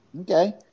Okay